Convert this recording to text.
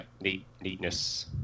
neatness